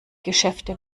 geschäfte